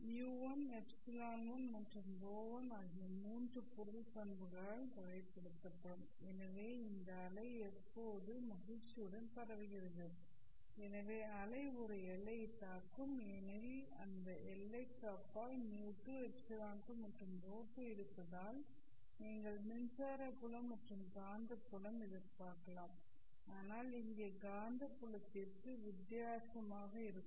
µ1 ε1 மற்றும் σ1 ஆகிய மூன்று பொருள் பண்புகளால் வகைப்படுத்தப்படும் எனவே இந்த அலை இப்போது மகிழ்ச்சியுடன் பரவுகிறது எனவே அலை ஒரு எல்லையைத் தாக்கும் ஏனெனில் இந்த எல்லைக்கு அப்பால் µ2 ε2 மற்றும் σ2 இருப்பதால் நீங்கள் மின்சார புலம் மற்றும் காந்தப்புலம் எதிர்பார்க்கலாம் ஆனால் இங்கே காந்தப்புலத்திற்கு வித்தியாசமாக இருக்கும்